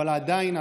אבל עדיין,